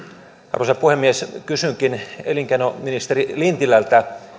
arvoisa puhemies kysynkin elinkeinoministeri lintilältä